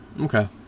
Okay